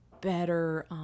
better